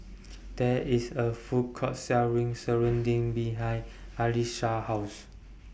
There IS A Food Court Selling Serunding behind Allyssa's House